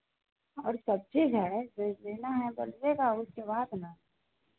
और सब चीज़ है जो लेना है बोलिएगा उसके बाद ना